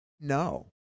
No